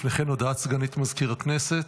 לפני כן, הודעת סגנית מזכיר הכנסת.